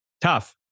Tough